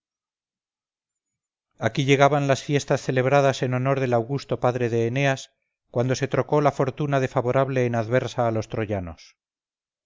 aquí llegaban las fiestas celebradas en honor del augusto padre de eneas cuando se trocó la fortuna de favorable en adversa a los troyanos